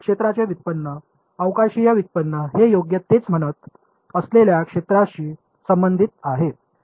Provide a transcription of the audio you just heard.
क्षेत्राचे व्युत्पन्न अवकाशीय व्युत्पन्न हे योग्य तेच म्हणत असलेल्या क्षेत्राशी संबंधित आहे